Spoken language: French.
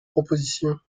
proposition